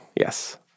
Yes